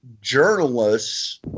journalists